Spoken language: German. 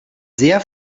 sehr